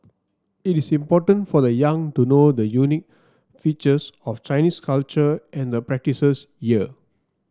it is important for the young to know the unique features of Chinese culture and the practices year